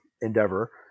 endeavor